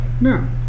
no